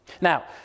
Now